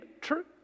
true